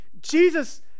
Jesus